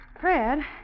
Fred